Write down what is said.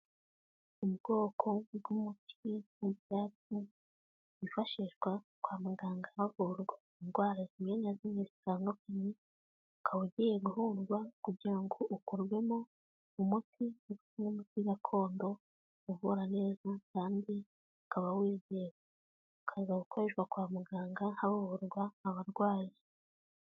Ubwoko bw'umuti w'ibyatsi wifashishwa kwa muganga havurwa indwara zimwe na zimwe zitandukanye, ukaba ugiye guhurwa kugira ngo ukorwemo umuti gakondo uvura neza kandi ukaba wizewe. Ukaba ugiye gukoreshwa kwa muganga havurwa abarwayi.